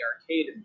arcade